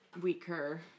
weaker